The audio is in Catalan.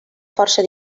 força